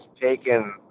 taken